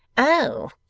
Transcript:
oh!